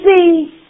see